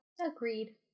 Agreed